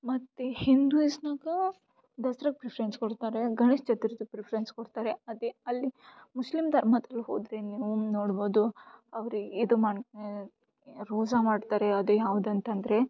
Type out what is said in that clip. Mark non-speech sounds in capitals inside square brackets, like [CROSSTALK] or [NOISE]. ಮತ್ತು ಹಿಂದುಸ್ನಾಗೆ ದಸ್ರಾಕ್ಕೆ ಪ್ರಿಫ್ರೆನ್ಸ್ ಕೊಡ್ತಾರೆ ಗಣೇಶ ಚತುರ್ಥಿಗ್ ಪ್ರಿಫ್ರೆನ್ಸ್ ಕೊಡ್ತಾರೆ ಅದೇ ಅಲ್ಲಿ ಮುಸ್ಲಿಂ ಧರ್ಮದಲ್ಲಿ ಹೋದರೆ ನೀವು ನೋಡ್ಬೋದು ಅವ್ರಿಗೆ ಇದು [UNINTELLIGIBLE] ರೋಜ ಮಾಡ್ತಾರೆ ಅದು ಯಾವ್ದು ಅಂತಂದರೆ